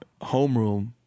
homeroom